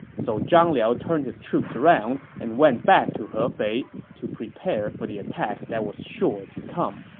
so zhang liao turned his troops around and went back to hefei to prepare for the attack that was sure to come